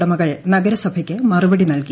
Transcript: ഉടമകൾ നഗരസഭയ്ക്ക് ് മറു്പടി നൽകി